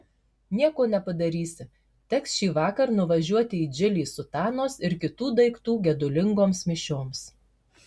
nieko nepadarysi teks šįvakar nuvažiuoti į džilį sutanos ir kitų daiktų gedulingoms mišioms